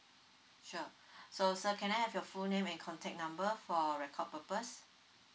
sure so sir can I have your full name and contact number for record purpose